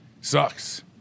sucks